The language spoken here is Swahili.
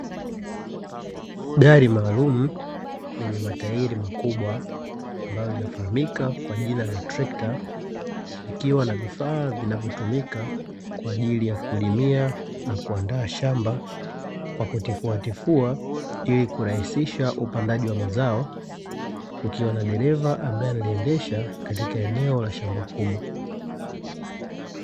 Gari maalumu lenye matairi makubwa, ambalo linafahamika kwa jina la trekta, likiwa na vifaa vinavyotumika kwa ajili ya kulimia na kuandaa shamba kwa kutifuatifua, ili kurahisisha upandaji wa mazao, kukiwa na dereva ambaye analiendesha.